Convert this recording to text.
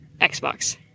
Xbox